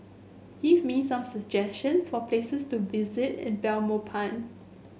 give me some suggestions for places to visit in Belmopan